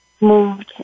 moved